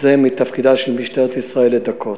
מתפקידה של משטרת ישראל לדכא,